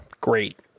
great